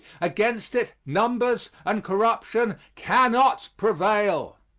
against it, numbers and corruption cannot prevail.